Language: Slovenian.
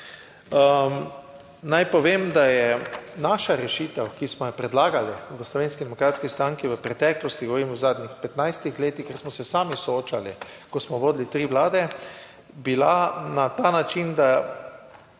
Naj povem, da je naša rešitev, ki smo jo predlagali v Slovenski demokratski stranki v preteklosti, govorim v zadnjih 15 letih, kjer smo se sami soočali, ko smo vodili tri vlade, bila na ta način, da